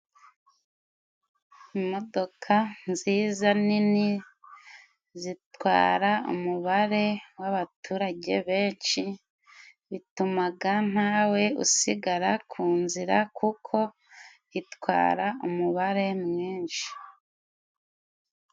Imodoka nziza nini zitwara umubare w'abaturage benshi bitumaga ntawe usigara ku nzira, kuko itwara umubare mwinshi.